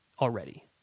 already